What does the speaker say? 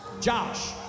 Josh